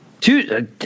Two